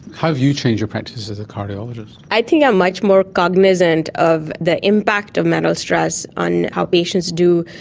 have you changed your practice as a cardiologist? i think i am much more cognisant of the impact of mental stress on how patients do,